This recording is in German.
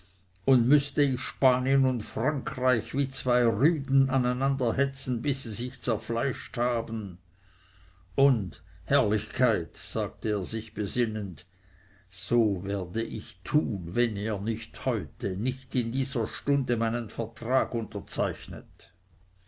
und müßte ich spanien und frankreich wie zwei rüden aneinanderhetzen bis sie sich zerfleischt haben und herrlichkeit sagte er sich besinnend so werde ich tun wenn ihr nicht heute nicht in dieser stunde meinen vertrag unterzeichnet